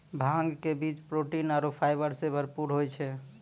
भांग के बीज प्रोटीन आरो फाइबर सॅ भरपूर होय छै